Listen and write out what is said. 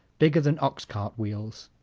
bigger than oxcart wheels.